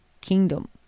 kingdom